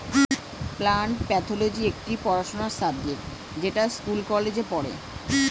plant pathology একটি পড়াশোনার subject যেটা স্কুল কলেজে পড়ে